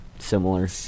Similar